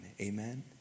Amen